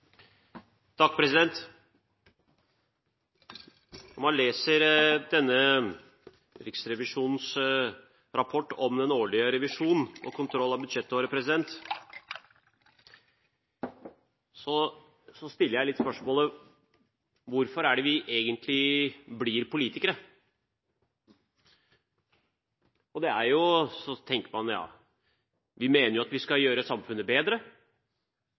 Når man leser Riksrevisjonens rapport om den årlige revisjon og kontroll av budsjettåret, kan en stille seg spørsmålet: Hvorfor blir vi egentlig politikere? Så tenker man: Ja, vi mener jo at vi skal gjøre samfunnet bedre,